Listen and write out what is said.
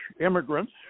immigrants